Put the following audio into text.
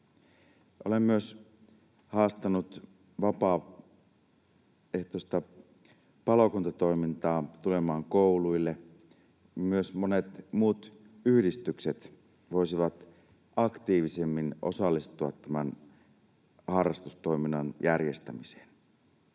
Olen myös haastanut vapaaehtoista palokuntatoimintaa tulemaan kouluille. Myös monet muut yhdistykset voisivat aktiivisemmin osallistua tämän harrastustoiminnan järjestämiseen.